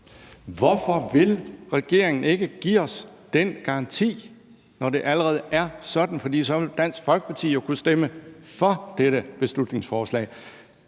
Hvorfor vil regeringen ikke give os den garanti, når det allerede er sådan, for så ville Dansk Folkeparti jo kunne stemme for dette beslutningsforslag?